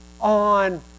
on